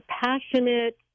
passionate